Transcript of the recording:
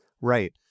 Right